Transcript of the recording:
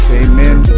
amen